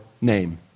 name